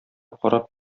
карап